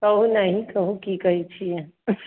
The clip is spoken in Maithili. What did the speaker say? कहूँ ने अहि कहूँ की कहैत छियै